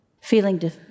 feeling